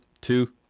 two